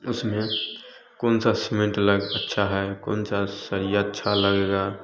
उसमें कौन सा सिमेंट लगा अच्छा है कौन सा सरिया अच्छा लगेगा